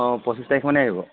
অঁ পঁচিছ তাৰিখমানে আহিব